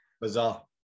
Bizarre